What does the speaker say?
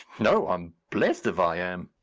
no, i'm blest if i am!